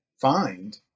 find